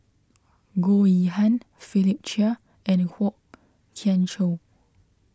Goh Yihan Philip Chia and Kwok Kian Chow